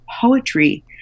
poetry